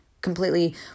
completely